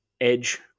edge